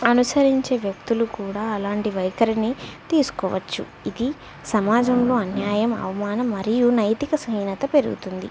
అనుసరించే వ్యక్తులు కూడా అలాంటి వైఖరిని తీసుకోవచ్చు ఇది సమాజంలో అన్యాయం అవమానం మరియు నైతిక సహీనత పెరుగుతుంది